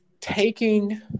taking